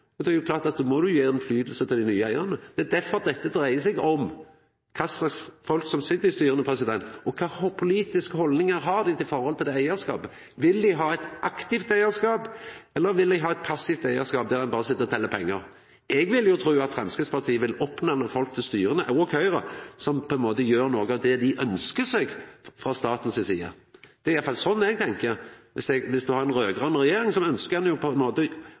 og det er jo klart at då må ein gje innflytelse til dei nye eigarane. Det er derfor dette dreier seg om kva slags folk som sit i styra, og kva politiske haldningar dei har til det eigarskapet. Vil dei ha eit aktivt eigarskap, eller vil dei har eit passivt eigarskap, der ein berre sit og tel pengar? Eg vil jo tru at Framstegspartiet og Høgre vil oppnemna folk til styra som på ein måte gjer noko av det dei ønskjer frå staten si side. Det er i alle fall sånn eg tenkjer: Dersom ein har ei raud-grøn regjering, ønskjer ein på ein